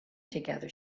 together